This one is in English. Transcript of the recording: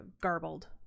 garbled